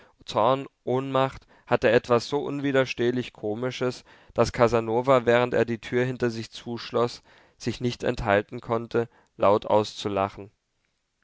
zorn ohnmacht hatte etwas so unwiderstehlich komisches daß casanova während er die tür hinter sich zuschloß sich nicht enthalten konnte laut auszulachen